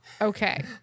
okay